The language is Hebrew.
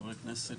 חברי הכנסת,